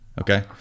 Okay